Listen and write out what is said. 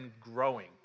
growing